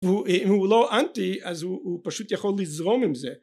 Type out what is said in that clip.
אם הוא לא אנטי אז הוא פשוט יכול לזרום עם זה